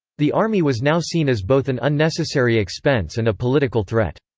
the army was now seen as both an unnecessary expense and a political threat.